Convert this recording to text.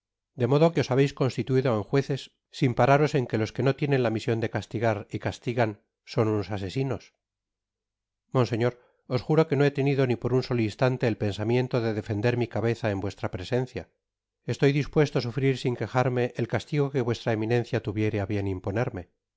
de modo que os habeis constituido en jueces sin pararos en que los que no tienen la mision de castigar y castigan son unos asesinos monseñor os juro que no he tenido ni por un solo instante el pensamiento de defender mi cabeza en vuestra presencia estoy dispuesto á sufrir sin quejarme el castigo que vuestra eminencia tuviere á bien imponerme